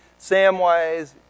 Samwise